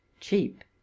cheap